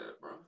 bro